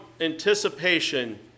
anticipation